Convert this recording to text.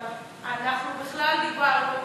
אבל אנחנו בכלל דיברנו,